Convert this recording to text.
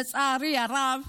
לצערי הרב,